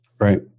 Right